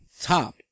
top